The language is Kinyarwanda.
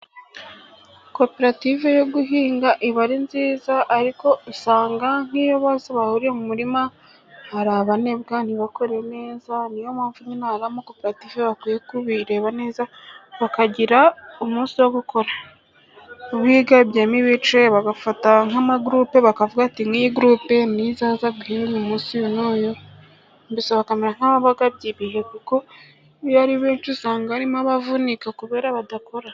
Coperative yo guhinga iba ari nziza, ariko usanga nk'iyo bose bahuriye mu murima, hari abanebwa ntibakore neza. Niyo mpamvu nyine ahari amakoperative bakwiye kubireba neza, bakagira umunsi wo gukora. Bigabyemo ibico bagafata nk'ama groupe bakavuga bati nk'iyi groupe niyo izaza guhinga k' umunsi uyu n'uyu. Mbese bakamera nk'ababagabye ibihe. Kuko iyo ari benshi usanga harimo abavunika kubera badakora.